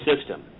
system